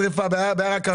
שריפה בהר הכרמל,